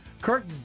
Kurt